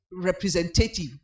representative